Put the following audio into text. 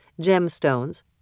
gemstones